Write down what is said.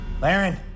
Laren